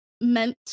meant